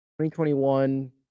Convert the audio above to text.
2021